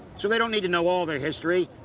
so they don't need to know all the history,